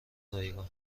رایگان